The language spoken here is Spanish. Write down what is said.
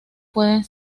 pueden